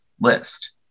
list